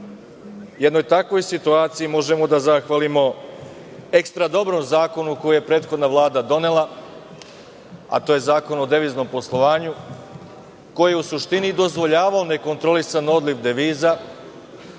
jednoj takvoj situaciji možemo da zahvalimo ekstra dobrom zakonu koji je prethodna Vlada donela, a to je Zakon o deviznom poslovanju koji je u suštini dozvoljavao nekontrolisan odliv deviza,